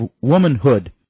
womanhood